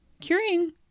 curing